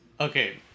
okay